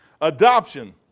Adoption